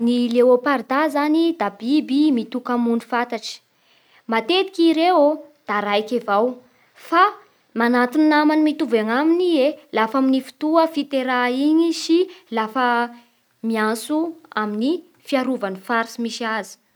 Ny leôpardà zany da biby mitoka-mony fantatsy. Matetiky i ireo ô da raiky avao; fa magnato ny namany mitovy agnaminy ie lafa amin'ny fotoa fiteraha igny sy lafa miantso amin'ny fiarova ny faritsy misy azy.